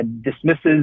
dismisses